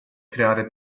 creare